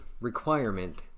requirement